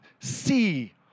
see